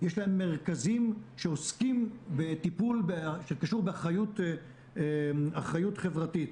יש מרכזים שעוסקים בטיפול שקשור באחריות חברתית.